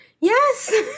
Yes